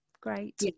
great